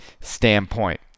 standpoint